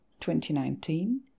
2019